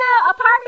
apartment